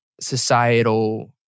societal